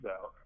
out